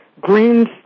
Greens